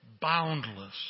boundless